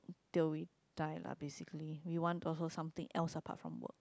till we die lah basically we want also something else apart from work